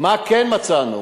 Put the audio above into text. מה כן מצאנו?